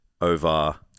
over